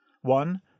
One